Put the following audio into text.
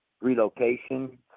relocation